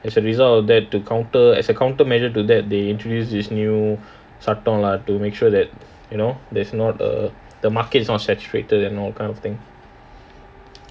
as a result of that to counter as a counter measure to that they introduce these new சட்டம்:sattam to make sure that you know there's not err the market is not set stricter than all kind of thing